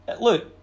Look